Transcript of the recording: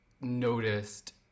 noticed